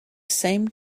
same